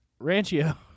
Ranchio